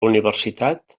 universitat